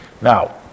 Now